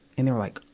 and they were, like,